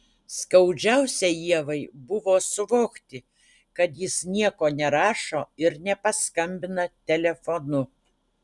skaudžiausia ievai buvo suvokti kad jis nieko nerašo ir nepaskambina telefonu